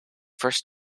first